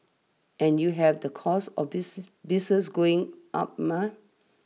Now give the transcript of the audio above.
and you have the costs of this business going up mah